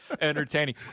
entertaining